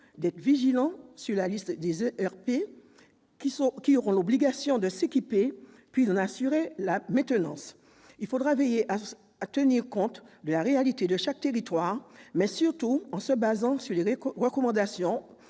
d'être vigilants sur la liste des ERP qui auront obligation de s'équiper, puis d'en assurer la maintenance. Il faudra veiller à tenir compte de la réalité de chaque territoire. Surtout, en nous fondant sur les recommandations